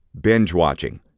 binge-watching